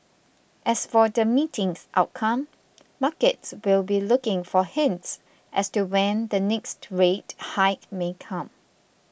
as for the meeting's outcome markets will be looking for hints as to when the next rate hike may come